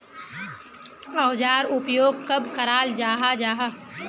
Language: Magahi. औजार उपयोग कब कराल जाहा जाहा?